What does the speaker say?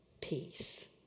peace